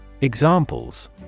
Examples